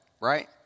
right